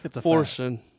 Forcing